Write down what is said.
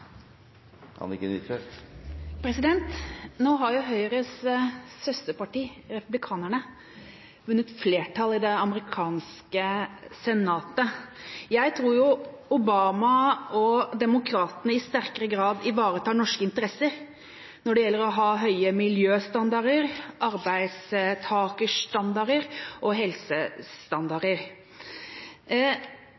Anniken Huitfeldt – til oppfølgingsspørsmål. Nå har jo Høyres søsterparti Republikanerne vunnet flertall i det amerikanske senatet. Jeg tror Obama og Demokratene i sterkere grad ivaretar norske interesser når det gjelder å ha høye miljøstandarder, arbeidstakerstandarder og